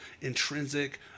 intrinsic